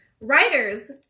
Writers